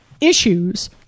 issues